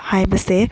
ꯍꯥꯏꯕꯁꯦ